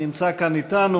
שנמצא כאן אתנו,